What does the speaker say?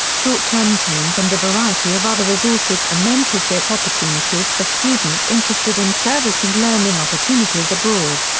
short-term teams and a variety of other resources and mentorship opportunities for students interested in service and learning opportunities abroad.